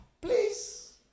Please